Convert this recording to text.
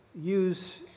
use